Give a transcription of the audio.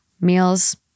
Meals